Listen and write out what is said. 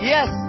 Yes